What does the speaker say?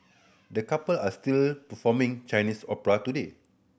the couple are still performing Chinese opera today